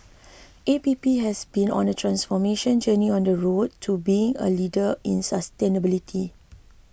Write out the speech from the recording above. A P P has been on a transformation journey on the road to being a leader in sustainability